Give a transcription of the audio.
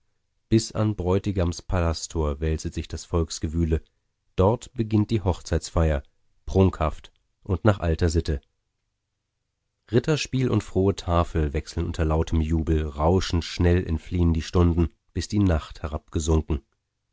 bis an bräutigams palasttor wälzet sich das volksgewühle dort beginnt die hochzeitfeier prunkhaft und nach alter sitte ritterspiel und frohe tafel wechseln unter lautem jubel rauschend schnell entfliehn die stunden bis die nacht herabgesunken